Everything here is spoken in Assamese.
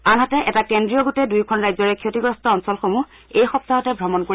আনহাতে এটা কেন্দ্ৰীয় গোটে দুয়োখন ৰাজ্যৰে ক্ষতিগ্ৰস্ত অঞ্চলসমূহ এই সপ্তাহতে ভ্ৰমণ কৰিব